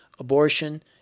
abortion